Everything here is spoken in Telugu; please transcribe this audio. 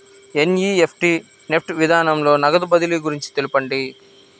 ఎన్.ఈ.ఎఫ్.టీ నెఫ్ట్ విధానంలో నగదు బదిలీ గురించి తెలుపండి?